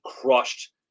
crushed